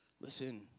Listen